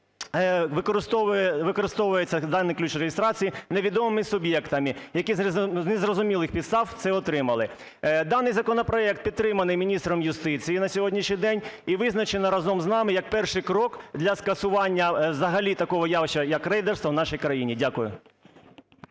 використовується даний ключ реєстрації невідомими суб'єктами, які, з незрозумілих підстав, це отримали. Даний законопроект підтриманий міністром юстиції на сьогоднішній день і визначено, разом з нами, як перший крок для скасування взагалі такого явища як рейдерство у нашій країні. Дякую.